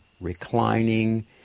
reclining